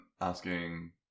asking